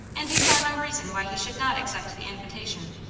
and he saw no reason why he should not accept the invitation.